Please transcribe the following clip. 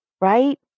right